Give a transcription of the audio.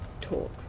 talk